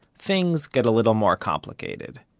things get a little more complicated.